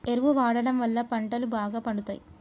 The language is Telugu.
ఎరువు వాడడం వళ్ళ పంటలు బాగా పండుతయి